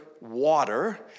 water